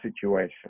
situation